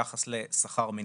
הגענו ליצירת מנגנון,